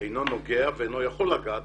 אינו נוגע ואינו יכול לגעת